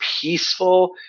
peaceful